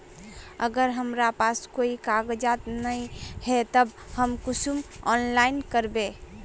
अगर हमरा पास कोई कागजात नय है तब हम कुंसम ऑनलाइन करबे?